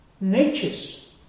natures